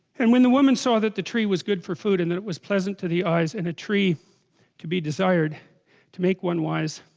and when the woman so that the tree was good for food and it was pleasant to the eyes and a tree to be desired to make one wise